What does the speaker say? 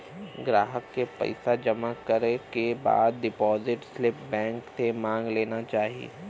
ग्राहक के पइसा जमा करे के बाद डिपाजिट स्लिप बैंक से मांग लेना चाही